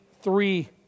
three